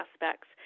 aspects